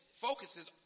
focuses